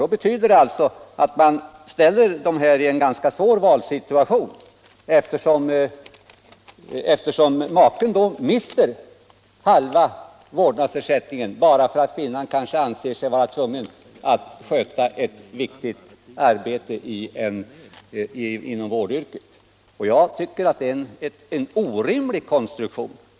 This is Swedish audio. Det betyder alltså att man ställer dessa personer i en ganska svår valsituation, eftersom maken mister halva vårdnadsersättningen bara för att kvinnan kanske anser sig vara tvungen att sköta ett viktigt arbete inom vården. Jag tycker att det är en orimlig konstruktion.